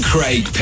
Craig